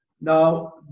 Now